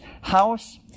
house